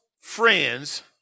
friends